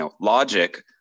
logic